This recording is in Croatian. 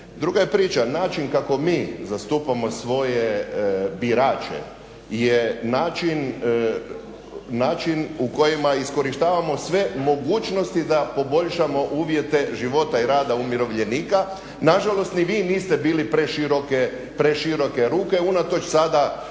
Druga je priča način kako mi zastupamo svoje birače je način u kojima iskorištavamo sve mogućnosti da poboljšamo uvjete života i rada umirovljenika. Nažalost ni vi niste bili preširoke ruke unatoč sada